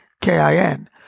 K-I-N